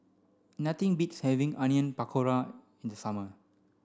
nothing beats having Onion Pakora in the summer